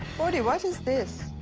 bodie, what is this?